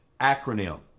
acronym